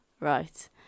right